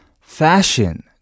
fashion